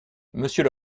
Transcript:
monsieur